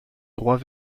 droit